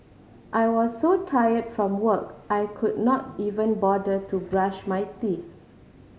I was so tired from work I could not even bother to brush my teeth